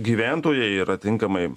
gyventojai yra tinkamai